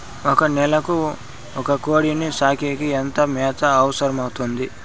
ఒక నెలకు ఒక కోడిని సాకేకి ఎంత మేత అవసరమవుతుంది?